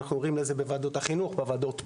אנחנו רואים את זה בוועדות החינוך ובוועדות פה,